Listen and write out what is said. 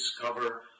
discover